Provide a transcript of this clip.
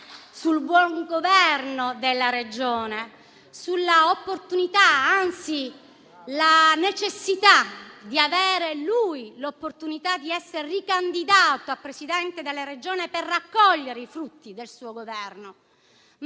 sul buon governo della Regione, sull'opportunità, anzi la necessità di avere lui l'opportunità di essere ricandidato a Presidente della Regione per raccogliere i frutti del suo Governo.